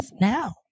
now